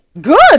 Good